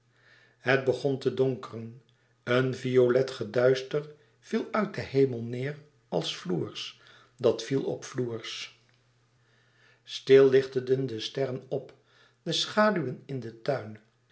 het begon te donkeren een violet geduister viel uit den hemel neêr als floers dat viel op floers stil lichteden de sterren op de schaduwen in den tuin